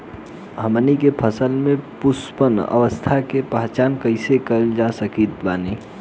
हमनी के फसल में पुष्पन अवस्था के पहचान कइसे कर सकत बानी?